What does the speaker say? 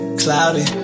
cloudy